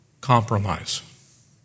compromise